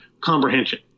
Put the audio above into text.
comprehension